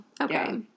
okay